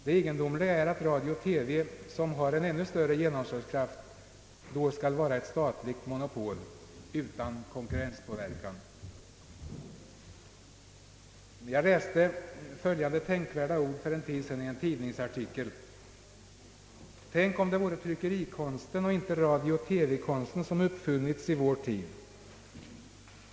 Det egendomliga är att radio TV, som har en ännu större genomslagskraft, då skall vara ett statligt monopol utan konkurrenspåverkan. Jag läste i en tidningsartikel för en tid sedan följande tänkvärda ord: »Tänk, om det vore tryckerikonsten och inte radio-TV-konsten som uppfunnits i vår tid.